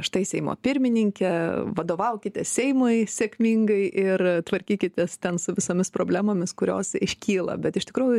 štai seimo pirmininkė vadovaukit seimui sėkmingai ir tvarkykitės ten su visomis problemomis kurios iškyla bet iš tikrųjų